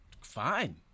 Fine